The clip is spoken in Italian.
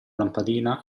lampadina